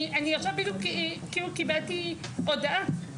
אני עכשיו בדיוק כאילו קיבלתי הודעה,